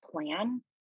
plan